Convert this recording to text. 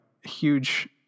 huge